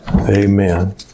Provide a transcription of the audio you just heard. Amen